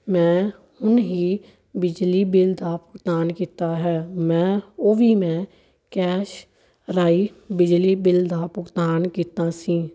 ਮੈਂ ਹੁਣ ਹੀ ਬਿਜਲੀ ਬਿੱਲ ਦਾ ਭੁਗਤਾਨ ਕੀਤਾ ਹੈ ਮੈਂ ਉਹ ਵੀ ਮੈਂ ਕੈਸ਼ ਰਾਹੀਂ ਬਿਜਲੀ ਬਿੱਲ ਦਾ ਭੁਗਤਾਨ ਕੀਤਾ ਸੀ